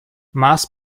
mass